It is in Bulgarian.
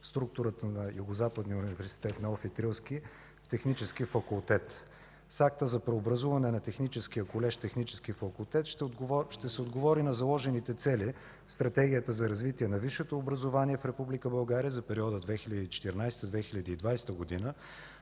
структурата на Югозападния университет „Неофит Рилски” в Технически факултет. С акта за преобразуване на Техническия колеж в Технически факултет ще се отговори на заложените цели в Стратегията за развитие на висшето образование в Република България за периода 2014 – 2020 г., на